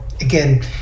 again